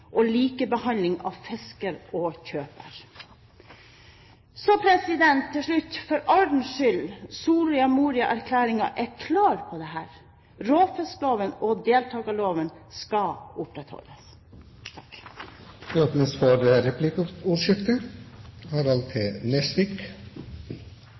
og likebehandling av fisker og kjøper. Til slutt, for ordens skyld: Soria Moria-erklæringen er klar på at råfiskloven og deltakerloven skal opprettholdes. Det åpnes for replikkordskifte.